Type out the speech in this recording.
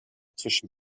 zwischen